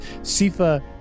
Sifa